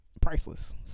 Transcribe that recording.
Priceless